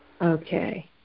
okay